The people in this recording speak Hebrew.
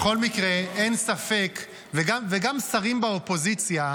אכלתי בפרסה, אדוני השר,